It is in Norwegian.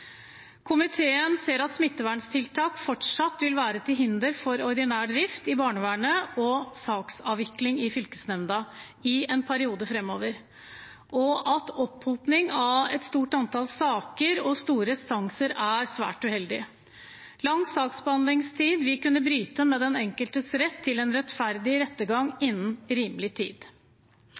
Komiteen ser at smitteverntiltak fortsatt vil være til hinder for ordinær drift i barnevernet og saksavvikling i fylkesnemnda i en periode framover, og at opphopning av et stort antall saker og store restanser er svært uheldig. Lang saksbehandlingstid vil kunne bryte med den enkeltes rett til en rettferdig rettergang innen rimelig tid.